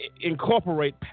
incorporate